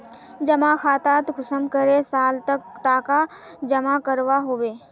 जमा खातात कुंसम करे साल तक टका जमा करवा होबे?